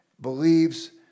believes